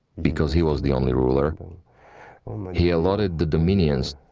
because he was the only ruler, but um he allotted the dominions